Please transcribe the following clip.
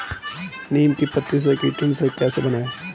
नीम के पत्तों से कीटनाशक कैसे बनाएँ?